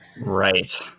Right